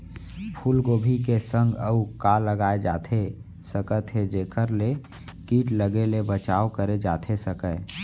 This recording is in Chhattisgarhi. फूलगोभी के संग अऊ का लगाए जाथे सकत हे जेखर ले किट लगे ले बचाव करे जाथे सकय?